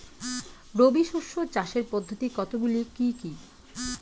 রবি শস্য চাষের পদ্ধতি কতগুলি কি কি?